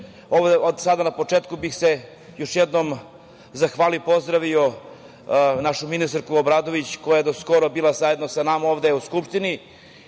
Inače, na početku bih se još jednom zahvalio i pozdravio našu ministarku Obradović, koja je do skoro bila zajedno sa nama ovde u Skupštini,